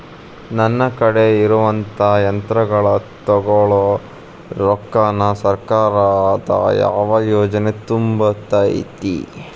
ನನ್ ಕಡೆ ಇರುವಂಥಾ ಯಂತ್ರಗಳ ತೊಗೊಳು ರೊಕ್ಕಾನ್ ಸರ್ಕಾರದ ಯಾವ ಯೋಜನೆ ತುಂಬತೈತಿ?